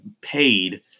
paid